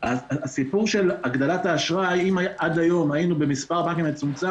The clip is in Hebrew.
הסיפור של הגדלת האשראי אם עד היום היינו במספר מצומצם,